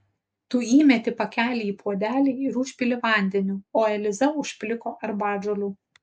tu įmeti pakelį į puodelį ir užpili vandeniu o eliza užpliko arbatžolių